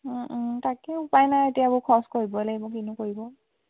তাকে উপায় নাই এতিয়া এইবোৰ খৰচ কৰিব লাগিব কিনো কৰিব